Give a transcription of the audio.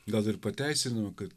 gal ir pateisino kad